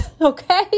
okay